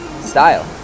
style